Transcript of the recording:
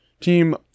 Team